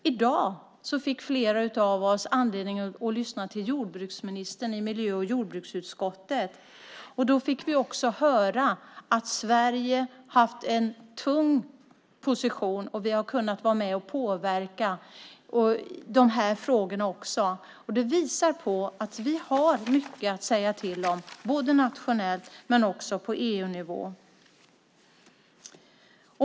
I dag fick flera av oss anledning att lyssna till jordbruksministern i miljö och jordbruksutskottet. Då fick vi höra att Sverige haft en tung position, och vi har kunnat vara med och påverka i de här frågorna. Det visar att vi har mycket att säga till om, både nationellt och på EU-nivå.